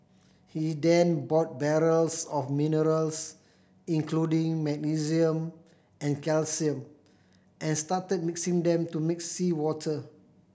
he then bought barrels of minerals including magnesium and calcium and started mixing them to make seawater